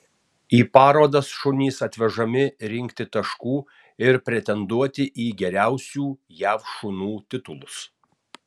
į parodas šunys atvežami rinkti taškų ir pretenduoti į geriausių jav šunų titulus